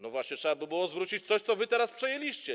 No właśnie, trzeba by było zwrócić coś, co wy teraz przejęliście.